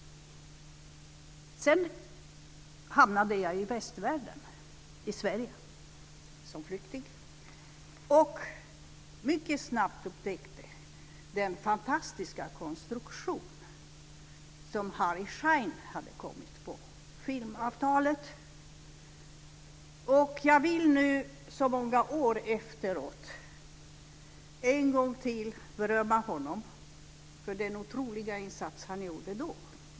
Sedan hamnade jag i västvärlden, i Sverige, som flykting. Jag upptäckte mycket snabbt den fantastiska konstruktion som Harry Schein hade kommit på, nämligen filmavtalet. Jag vill nu, så många år efteråt, än en gång berömma honom för den otroliga insats han gjorde då.